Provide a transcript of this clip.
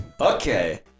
Okay